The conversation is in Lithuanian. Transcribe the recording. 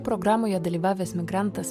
programoje dalyvavęs migrantas